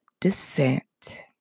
descent